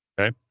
Okay